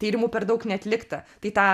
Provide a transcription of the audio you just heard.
tyrimų per daug neatlikta tai tą